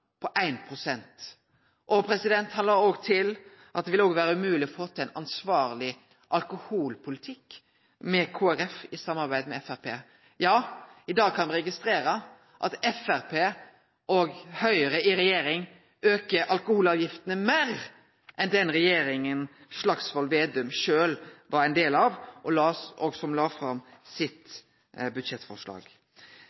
til ein ansvarleg alkoholpolitikk i samarbeid med Framstegspartiet. I dag kan me registrere at Framstegspartiet og Høgre i regjering aukar alkoholavgiftene meir enn det som den regjeringa Slagsvold Vedum sjølv var ein del av, la fram i sitt